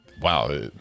wow